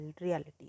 reality